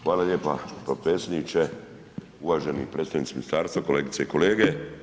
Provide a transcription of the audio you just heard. Hvala lijepa potpredsjedniče, uvaženi predstavnici ministarstva, kolegice i kolege.